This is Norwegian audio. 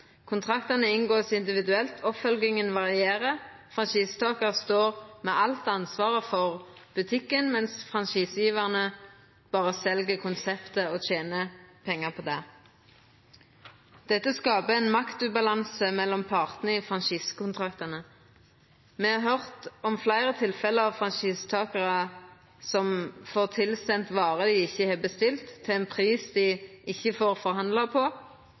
Kontraktane vert inngått individuelt, oppfølginga varierer, franchisetakaren står med alt ansvaret for butikken, mens franchisegjevarane berre sel konseptet og tener pengar på det. Dette skapar ein maktubalanse mellom partane i franchisekontraktane. Me har høyrt om fleire tilfelle av franchisetakarar som får sendt varer til seg som dei ikkje har bestilt, til ein pris dei ikkje får forhandla på,